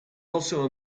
also